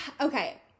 okay